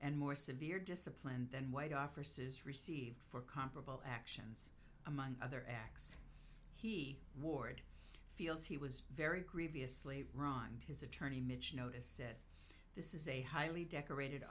and more severe discipline than white offices received for comparable actions among other acts he ward feels he was very grevious slave ronde his attorney midge notice said this is a highly decorated